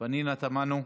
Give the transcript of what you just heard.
פנינה תמנו,